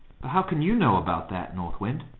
but how can you know about that, north wind?